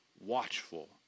watchful